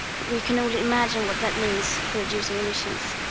but we can only imagine what that means for reducing emissions.